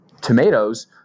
tomatoes